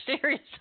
serious